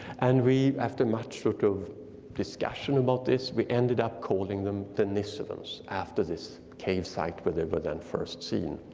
and we, after much sort of discussion about this, we ended up calling them denisovans after this cave site where they but were first seen.